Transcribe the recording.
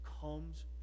comes